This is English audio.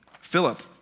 Philip